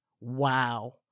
Wow